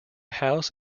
house